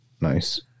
nice